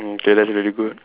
mm K that's very good